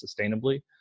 sustainably